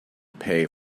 pay